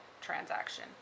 transaction